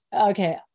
okay